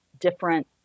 different